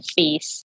face